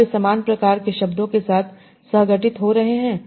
क्या वे समान प्रकार के शब्दों के साथ सह घटित हो रहे हैं